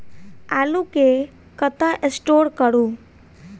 आलु केँ कतह स्टोर करू?